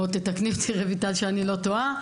או תתקני אותי רויטל שאני לא טועה.